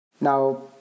Now